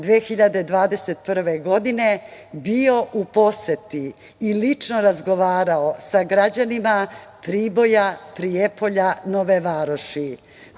2021. godine bio u poseti i lično razgovarao sa građanima Priboja, Prijepolja, Nove Varoši.